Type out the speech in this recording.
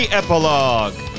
epilogue